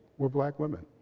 were black women.